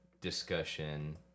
discussion